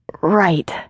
Right